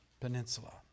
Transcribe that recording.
peninsula